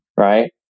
Right